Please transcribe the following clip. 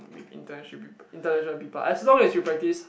wi~ international peop~ international people as long as you practice